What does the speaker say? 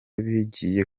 bigiye